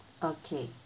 okay